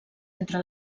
entre